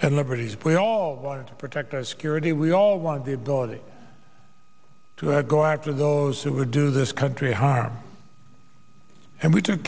and liberties we all want to protect our security we all want the ability to go after those who would do this country harm and we took